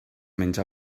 menja